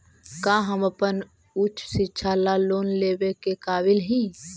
का हम अपन उच्च शिक्षा ला लोन लेवे के काबिल ही?